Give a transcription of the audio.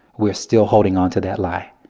we are still holding onto that lie.